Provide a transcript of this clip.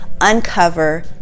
uncover